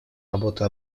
работы